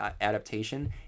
adaptation